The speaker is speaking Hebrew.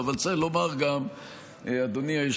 אבל אף אחד לא מפחד ממך,